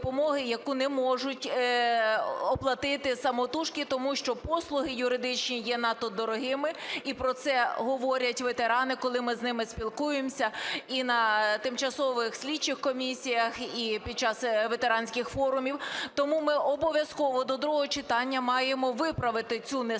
яку не можуть оплатити самотужки, тому що послуги юридичні є надто дорогими, і про це говорять ветерани, коли ми з ними спілкуємося і на тимчасових слідчих комісіях, і під час ветеранських форумів. Тому ми обов'язково до другого читання маємо виправити цю несправедливість,